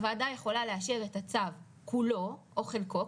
הוועדה יכולה לאשר את הצו כולו או חלקו,